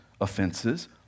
offenses